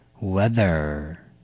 weather